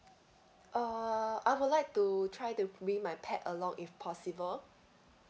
uh I would like to try to bring my pet along if possible